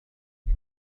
إنك